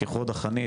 כחוד החנית.